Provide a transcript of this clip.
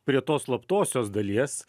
prie tos slaptosios dalies